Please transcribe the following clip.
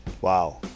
Wow